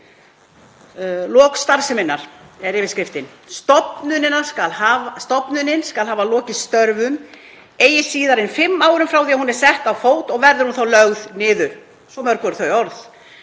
„Lok starfseminnar: Stofnunin skal hafa lokið störfum eigi síðar en fimm árum frá því að hún er sett á fót og verður hún þá lögð niður.“ Svo mörg voru þau orð.